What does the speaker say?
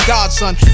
Godson